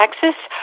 Texas